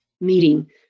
meeting